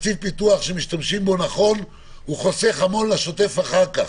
תקציב פיתוח שמשתמשים בו נכון הוא חוסך המון בשוטף אחר-כך,